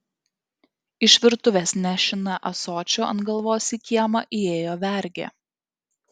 iš virtuvės nešina ąsočiu ant galvos į kiemą įėjo vergė